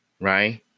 right